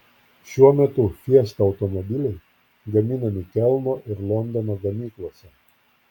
šiuo metu fiesta automobiliai gaminami kelno ir londono gamyklose